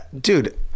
dude